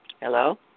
Hello